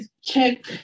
check